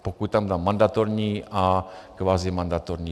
Pokud tam dám mandatorní a kvazimandatorní.